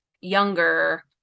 younger